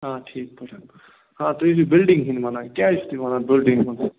آ ٹھیٖک پٲٹھٮ۪ن آ تُہۍ ٲسِو بِلڈِنٛگ ہٕنٛدۍ وَنان کیٛاہ ٲسِو تُہۍ وَنان بلِڈِنٛگ ہُنٛد